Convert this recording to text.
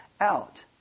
out